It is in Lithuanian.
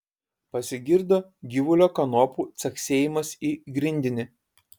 pasigirdo gyvulio kanopų caksėjimas į grindinį